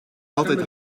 altijd